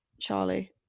charlie